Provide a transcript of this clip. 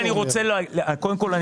קודם כול,